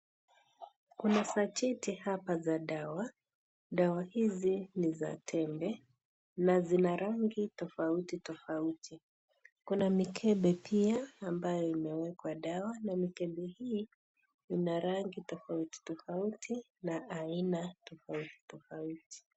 Kuna sacheti hapa za dawa. Dawa hizi ni za tembe na zina rangi tofauti tofauti. Kuna mikebe pia ambayo imewekwa dawa na mikebe hii ina rangi tofauti tofauti na aina tofauti tofauti.